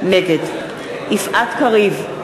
נגד יפעת קריב,